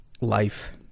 life